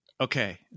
Okay